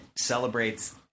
celebrates